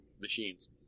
machines